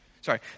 Sorry